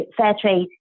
Fairtrade